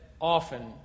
often